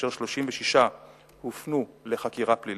כאשר 36 הופנו לחקירה פלילית.